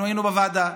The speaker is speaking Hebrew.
אנחנו היינו בוועדה,